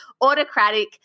autocratic